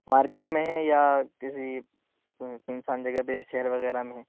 market میں ہے یا کسی سون سان جگہ پہ یا شہر وغیر میں ہے